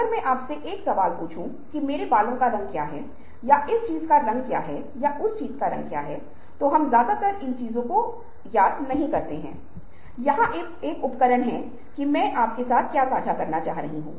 इसलिए समस्या के इस संदूषण को मौलिकता के लिए सुधारात्मक गणना का उपयोग करके ठीक किया जा सकता है जो कि मौलिकता प्रवाह द्वारा विभाजित मौलिकता का अनुपात है